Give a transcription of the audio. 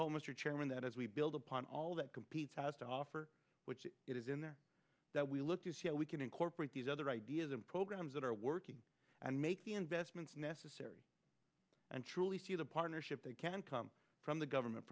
hope mr chairman that as we build upon all that competes has to offer which it is in there that we look to see how we can incorporate these other ideas and programs that are working and make the investments necessary and truly see the partnership that can come from the government